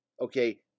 okay